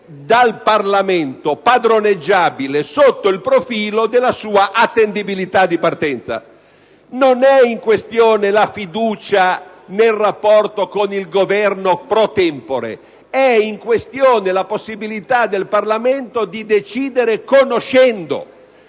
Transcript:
dal Parlamento padroneggiabile sotto il profilo della sua attendibilità di partenza. Non è in questione la fiducia nel rapporto con il Governo *pro tempore*: è in questione la possibilità del Parlamento di decidere conoscendo.